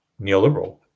neoliberal